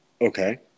Okay